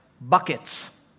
buckets